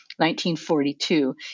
1942